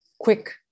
quick